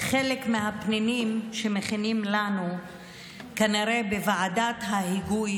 חלק מהפנינים שמכינים לנו כנראה בוועדת ההיגוי